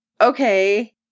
okay